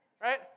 Right